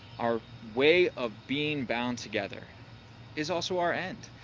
our way of being bound together is also our end.